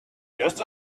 just